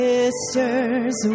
Sisters